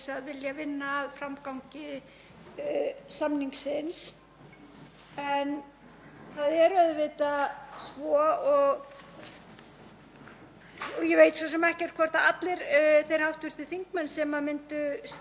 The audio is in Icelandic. Ég veit svo sem ekkert hvort allir þeir hv. þingmenn sem myndu styðja þetta mál hafi skrifað þar undir en það er auðvitað svo að